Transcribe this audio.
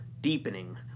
Deepening